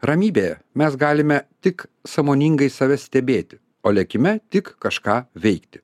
ramybėje mes galime tik sąmoningai save stebėti o lėkime tik kažką veikti